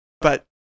But-